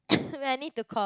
wait I need to cough